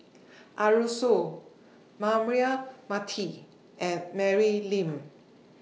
Arasu Braema Mathi and Mary Lim